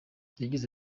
yagize